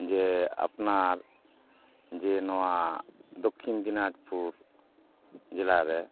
ᱡᱮ ᱟᱯᱱᱟᱨ ᱡᱮ ᱱᱚᱣᱟ ᱫᱚᱠᱠᱷᱤᱱ ᱫᱤᱱᱟᱡᱽᱯᱩᱨ ᱡᱮᱞᱟᱨᱮ